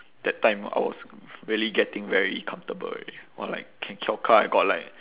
that time I was really getting very comfortable already !wah! like can kiao kar I got like